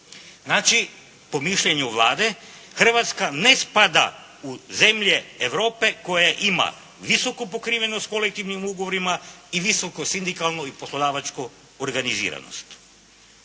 Znači po mišljenju Vlade Hrvatska ne spada u zemlje Europe koje ima visoku pokrivenost kolektivnim ugovorima i visoku sindikalnu i poslodavačku organiziranost.